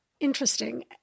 Interesting